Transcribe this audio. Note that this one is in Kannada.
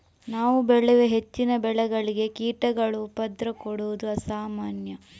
ನಾವು ಬೆಳೆಯುವ ಹೆಚ್ಚಿನ ಬೆಳೆಗಳಿಗೆ ಕೀಟಗಳು ಉಪದ್ರ ಕೊಡುದು ಸಾಮಾನ್ಯ